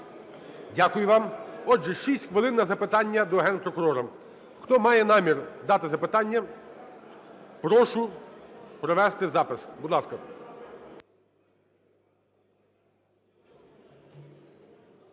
Дякую вам. Отже, 6 хвилин на запитання до Генпрокурора. Хто має намір дати запитання, прошу провести запис, будь ласка.